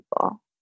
people